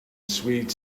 sweet